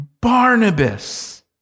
Barnabas